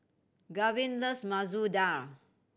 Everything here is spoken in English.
Gavyn loves Masoor Dal